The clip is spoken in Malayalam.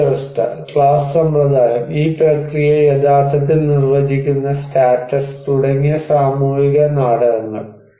ജാതിവ്യവസ്ഥ ക്ലാസ് സമ്പ്രദായം ഈ പ്രക്രിയയെ യഥാർത്ഥത്തിൽ നിർവചിക്കുന്ന സ്റ്റാറ്റസ് തുടങ്ങിയ സാമൂഹിക നാടകങ്ങൾ